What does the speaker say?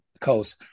Coast